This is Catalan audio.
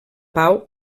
pau